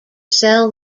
cell